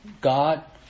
God